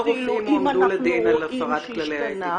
רופאים הועמדו לדין על הפרת כללי האתיקה?